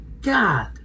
God